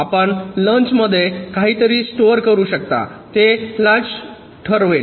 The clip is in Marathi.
आपण लॅच मध्ये काहीतरी स्टोअर करू शकता ते लॅच ठरवेल